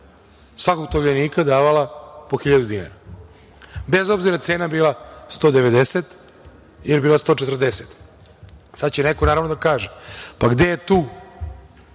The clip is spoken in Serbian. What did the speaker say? svakog tovljenika davala po 1.000 dinara, bez obzira jel cena bila 190 ili 140. Sada će neko naravno da kaže - pa gde je tu